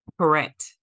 correct